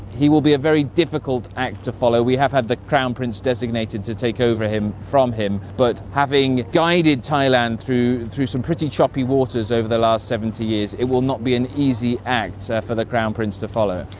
he will be a very difficult act to follow. we have had the crown prince designated to take over from him. but having guided thailand through through some pretty choppy waters over the last seventy years it will not be an easy act so for the crown prince to follow.